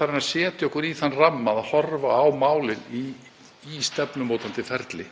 farin að setja okkur þann ramma að horfa á málin í stefnumótandi ferli.